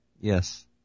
Yes